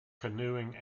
canoeing